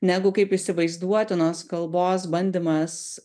negu kaip įsivaizduotinos kalbos bandymas